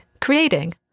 Creating